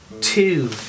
two